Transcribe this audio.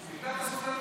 זה הסובלנות.